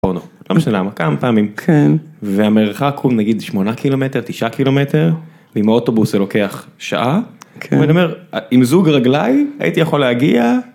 כמה פעמים כן והמרחק הוא נגיד 8 קילומטר תשעה קילומטר עם האוטובוס לוקח שעה עם זוג רגליי הייתי יכול להגיע.